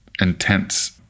intense